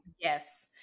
yes